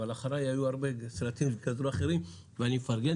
אבל אחריי היו הרבה סרטים שגזרו אחרים ואני מפרגן